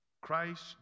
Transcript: Christ